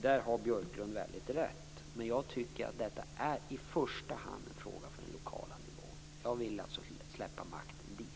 Där har Björklund väldigt rätt. Men jag tycker att detta i första hand är en fråga för den lokal nivån. Jag vill alltså släppa makten dit.